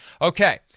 okay